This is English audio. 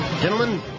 Gentlemen